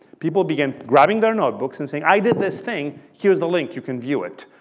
people began grabbing their notebooks and saying, i did this thing, here's the link you can view it.